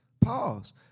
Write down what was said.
Pause